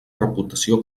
reputació